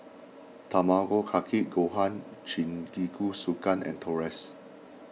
Tamago Kake Gohan Jingisukan and Tortillas